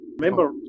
remember